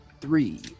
Three